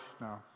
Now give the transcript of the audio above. no